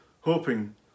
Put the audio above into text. hoping